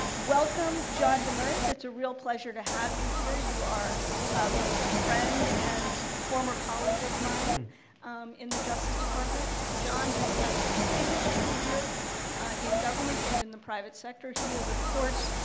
welcome, john demers. it's a real pleasure to have you here. you are both a friend and former colleague of mine in the justice department. john has had a distinguished career in government, and in the private sector. he is, of course,